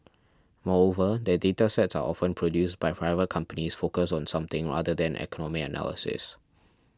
moreover the data sets are often produced by private companies focused on something other than economy analysis